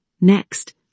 Next